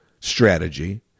strategy